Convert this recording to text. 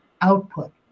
output